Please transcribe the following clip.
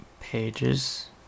pages